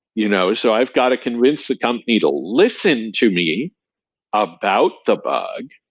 you know so i've got to convince the company to listen to me about the bug,